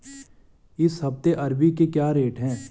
इस हफ्ते अरबी के क्या रेट हैं?